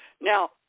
Now